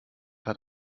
hat